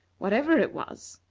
whatever it was.